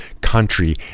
country